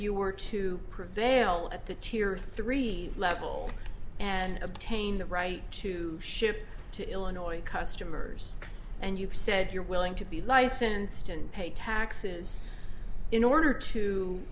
you were to prevail at the tir three level and obtain the right to ship to illinois customers and you've said you're willing to be licensed and pay taxes in order to